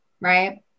right